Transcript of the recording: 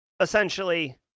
essentially